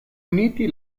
uniti